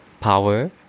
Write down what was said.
power